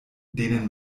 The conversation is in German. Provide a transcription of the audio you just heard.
denen